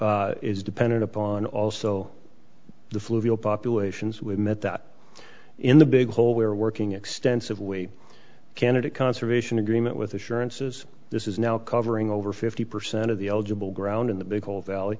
is is dependent upon also the fluid populations we met that in the big hole we are working extensively candidate conservation agreement with assurances this is now covering over fifty percent of the eligible ground in the whole valley